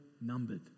numbered